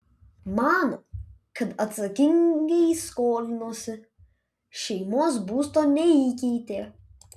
mano kad atsakingai skolinosi šeimos būsto neįkeitė